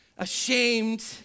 ashamed